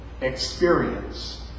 experience